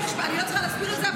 אני לא צריכה להסביר את זה,